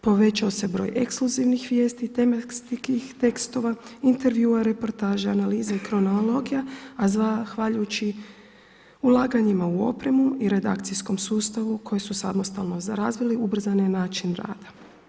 Povećao se broj ekskluzivnih vijesti, tematskih tekstova, intervjua, reportaža, analiza i kronologija, a zahvaljujući ulaganjima u opremu i redakcijskom sustavu koje su samostalno razvili ubrzan je način rada.